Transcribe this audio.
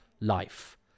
life